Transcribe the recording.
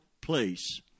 place